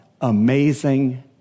amazing